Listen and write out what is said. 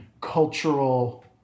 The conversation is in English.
cultural